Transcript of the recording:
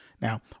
Now